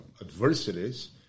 adversities